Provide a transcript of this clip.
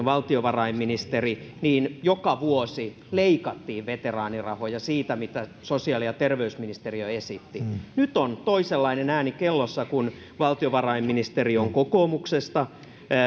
valtiovarainministeri joka vuosi leikattiin veteraanirahoja siitä mitä sosiaali ja terveysministeriö esitti nyt on toisenlainen ääni kellossa kun valtiovarainministeri on kokoomuksesta